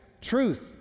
Truth